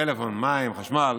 טלפון, מים, חשמל.